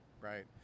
right